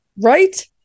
Right